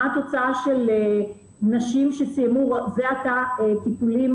מה התוצאה של נשים שסיימו זה עתה טיפולים